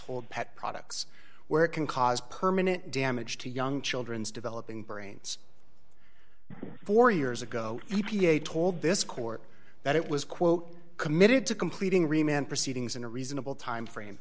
d pet products where it can cause permanent damage to young children's developing brains four years ago e p a told this court that it was quote committed to completing remain proceedings in a reasonable time frame